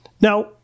Now